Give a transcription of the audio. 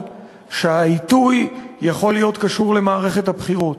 שהעיתוי יכול להיות קשור למערכת הבחירות,